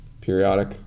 Periodic